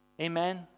Amen